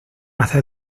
hacer